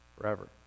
forever